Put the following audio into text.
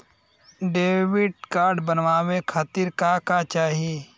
Debit card बनवावे खातिर का का चाही?